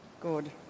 Good